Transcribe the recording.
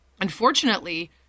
Unfortunately